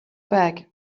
back